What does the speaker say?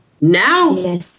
Now